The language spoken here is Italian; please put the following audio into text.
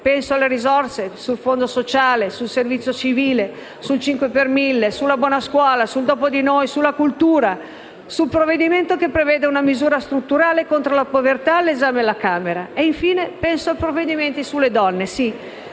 Penso alle risorse per il Fondo sociale, sul servizio civile, sul 5 per mille, sulla buona scuola, sul dopo di noi, sulla cultura e sul provvedimento che prevede una misura strutturale contro la povertà, all'esame alla Camera. Infine, penso ai provvedimenti sulle donne.